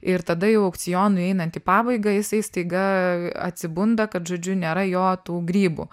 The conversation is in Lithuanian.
ir tada jau aukcionui einant į pabaigą jisai staiga atsibunda kad žodžiu nėra jo tų grybų